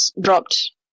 dropped